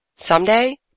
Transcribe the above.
Someday